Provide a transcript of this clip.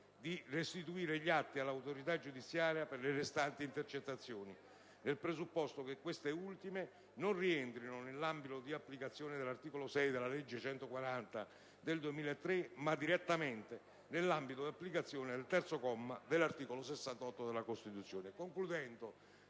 di restituire gli atti all'autorità giudiziaria per le restanti intercettazioni, nel presupposto che queste ultime non rientrino nell'ambito di applicazione dell'articolo 6 della legge n. 140 del 2003, ma direttamente nell'ambito di applicazione del terzo comma dell'articolo 68 della Costituzione.